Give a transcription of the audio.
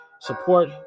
Support